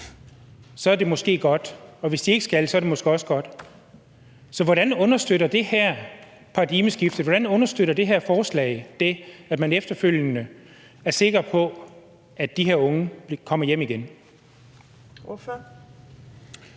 skal det, måske er godt, og at det, hvis de ikke skal, måske også er godt. Så hvordan understøtter det her paradigmeskiftet? Hvordan understøtter det her forslag det, at man efterfølgende er sikker på, at de her unge kommer hjem igen?